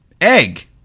Egg